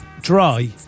dry